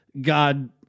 God